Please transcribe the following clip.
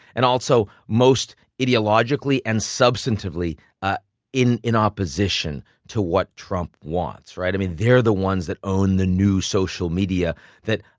and also most ideologically and substantively ah in in opposition to what trump wants, right. i mean, they're the ones that own the new social media that,